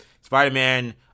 Spider-Man